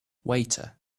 waiter